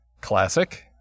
Classic